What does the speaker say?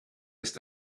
ist